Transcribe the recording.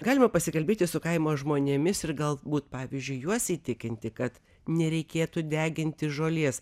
galima pasikalbėti su kaimo žmonėmis ir galbūt pavyzdžiui juos įtikinti kad nereikėtų deginti žolės